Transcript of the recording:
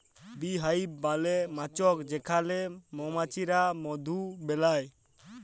bee hive মালে মচাক যেখালে মমাছিরা মধু বেলায়